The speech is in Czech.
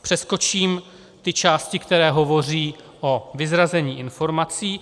Přeskočím ty části, které hovoří o vyzrazení informací.